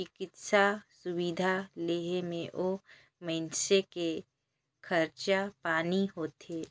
चिकित्सा सुबिधा लेहे मे ओ मइनसे के खरचा पानी होथे